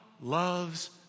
loves